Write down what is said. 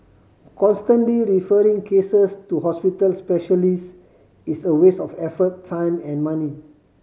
constantly referring cases to hospital specialist is a waste of effort time and money